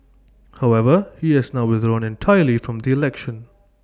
however he has now withdrawn entirely from the election